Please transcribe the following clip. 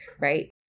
right